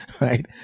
right